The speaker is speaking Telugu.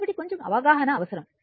కాబట్టి కొంచెం అవగాహన అవసరం